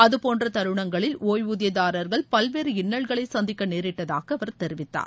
அதுபோன்ற தருணங்களில் ஓய்வூதியதாரர்கள் பல்வேறு இன்னல்களை சந்திக்க நேரிட்டதாக அவர் தெரிவித்தார்